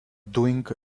doing